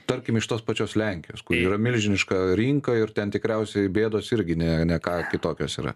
tarkim iš tos pačios lenkijos kuri yra milžiniška rinka ir ten tikriausiai bėdos irgi ne ne ką kitokios yra